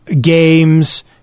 games